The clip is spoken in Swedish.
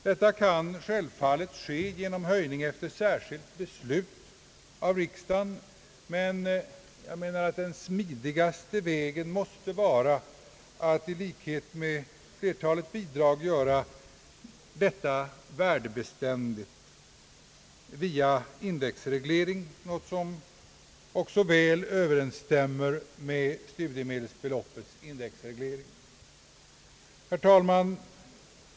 Detta kan självfallet ske genom höjning efter särskilt beslut av riksdagen, men jag menar att den smidigaste vägen måste vara att göra detta bidrag liksom flertalet andra bidrag värdebeständigt via indexreglering — något som också väl överensstämmer med studiemedelsbeloppets indexreglering. Herr talman!